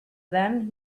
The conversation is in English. then